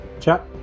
Chat